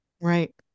Right